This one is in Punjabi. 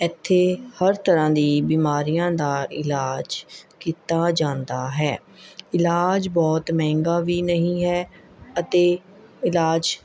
ਇੱਥੇ ਹਰ ਤਰ੍ਹਾਂ ਦੀ ਬਿਮਾਰੀਆਂ ਦਾ ਇਲਾਜ ਕੀਤਾ ਜਾਂਦਾ ਹੈ ਇਲਾਜ ਬਹੁਤ ਮਹਿੰਗਾ ਵੀ ਨਹੀਂ ਹੈ ਅਤੇ ਇਲਾਜ